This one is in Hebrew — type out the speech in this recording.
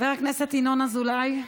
חבר הכנסת ינון אזולאי,